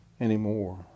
anymore